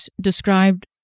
described